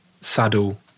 saddle